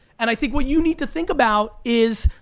and i think what you need to think about is,